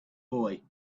boy